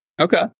okay